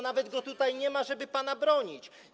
Nawet go tutaj nie ma, żeby pana bronić.